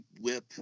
whip